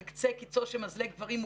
על קצה-קיצו של מזלג דברים מורכבים.